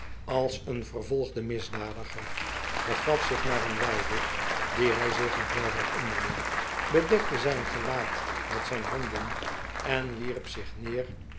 als een vervolgde misdadiger begaf zich naar een weide die hij zich nog wel herinnerde bedekte zijn gelaat met zijn handen en wierp zich neer